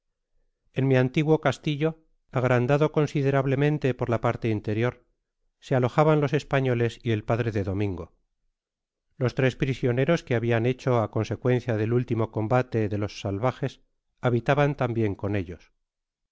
en mi antiguo castillo agrandado considerablemente por la parte interior se alojaban los españoles y el padre de domingo los tros prisioneros que habian hecho á consecuencia del último combate de los salvajes habitaban tambien eon ellos